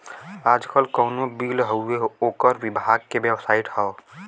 आजकल कउनो बिल हउवे ओकर विभाग के बेबसाइट हौ